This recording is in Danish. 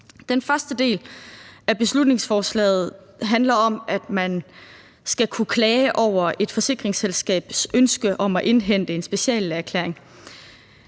Den første del af beslutningsforslaget handler om, at man skal kunne klage over et forsikringsselskabs ønske om at indhente en speciallægeerklæring.